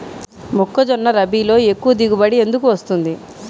మొక్కజొన్న రబీలో ఎక్కువ దిగుబడి ఎందుకు వస్తుంది?